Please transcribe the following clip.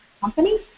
company